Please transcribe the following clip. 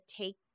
take